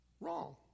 Wrong